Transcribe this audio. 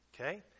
okay